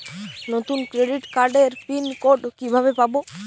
নতুন ক্রেডিট কার্ডের pin code কিভাবে পাব?